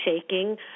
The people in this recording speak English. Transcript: shaking